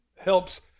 helps